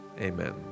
amen